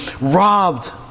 robbed